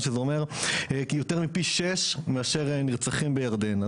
זה אומר שזה יותר מפי שש נרצחים ממה שיש בירדן.